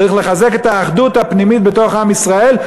צריך לחזק את האחדות הפנימית בתוך עם ישראל,